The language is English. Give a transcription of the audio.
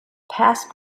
past